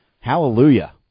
Hallelujah